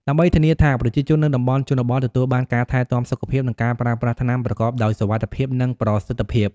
ដើម្បីធានាថាប្រជាជននៅតំបន់ជនបទទទួលបានការថែទាំសុខភាព និងការប្រើប្រាស់ថ្នាំប្រកបដោយសុវត្ថិភាព និងប្រសិទ្ធភាព។